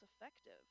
effective